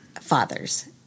fathers